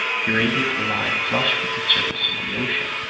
you're able to lie flush with the surface of the ocean,